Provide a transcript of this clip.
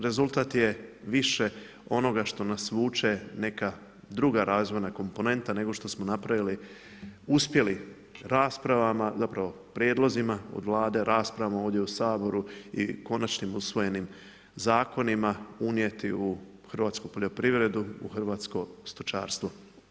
Rezultat je više onoga što nas vuče, neka druga razvojna komponenta nego što smo napravili uspjeli raspravama, zapravo prijedlozima od Vlade, raspravama ovdje u Saboru i konačnim usvojenim zakonima unijeti u hrvatsku poljoprivredu, u hrvatsko stočarstvo.